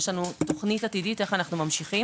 יש לנו תוכנית עתידית איך אנחנו ממשיכים,